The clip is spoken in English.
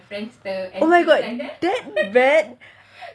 oh my god